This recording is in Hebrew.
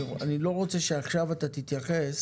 אני לא רוצה שעכשיו אתה תתייחס